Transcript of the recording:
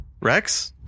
Rex